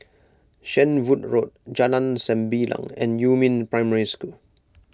Shenvood Road Jalan Sembilang and Yumin Primary School